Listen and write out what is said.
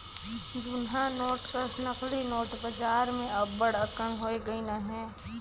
जुनहा नोट कस नकली नोट बजार में अब्बड़ अकन होए गइन अहें